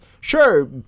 sure